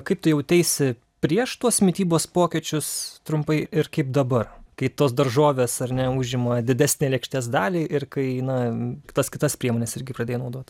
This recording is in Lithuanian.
kaip tu jauteisi prieš tuos mitybos pokyčius trumpai ir kaip dabar kai tos daržovės ar ne užima didesnę lėkštės dalį ir kai na tas kitas priemones irgi pradėjai naudot